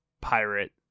pirate